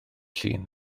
llun